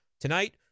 Tonight